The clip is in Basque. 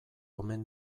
omen